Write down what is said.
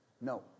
No